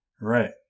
Right